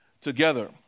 together